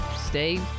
stay